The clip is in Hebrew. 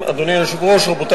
אנחנו עוברים להצעת